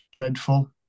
dreadful